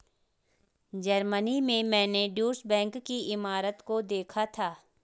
Germany में मैंने Deutsche bank की इमारत को देखा था